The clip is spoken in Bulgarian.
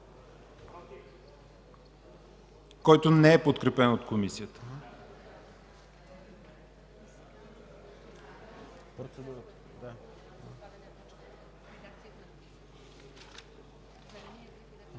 който не е подкрепeн от Комисията.